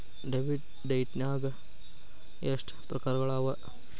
Debit ಡೈಟ್ನ್ಯಾಗ್ ಎಷ್ಟ್ ಪ್ರಕಾರಗಳವ?